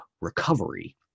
recovery